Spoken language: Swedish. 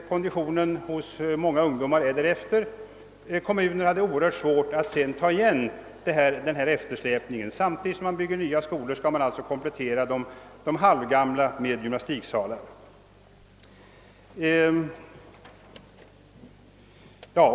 Konditionen hos många ung domar är därefter. Kommunerna har haft det oerhört svårt att sedan hämta igen eftersläpningen. Samtidigt som de bygger nya skolor skall de komplettera gamla skolor med gymnastiksalar.